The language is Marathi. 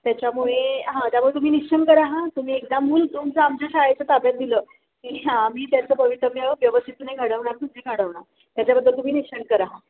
त्याच्यामुळे हां त्यामुळे तुम्ही निश्शंक राहा तुम्ही एकदा मूल तुमचं आमच्या शाळेच्या ताब्यात दिलं की हा मी त्याचं भवितव्य व्यवस्थितपणे घडवणार घडवणार त्याच्याबद्दल तुम्ही निश्शंक राहा